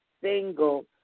single